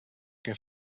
que